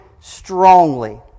strongly